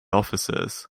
officers